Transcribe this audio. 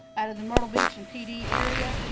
out of the myrtle beach and pd area.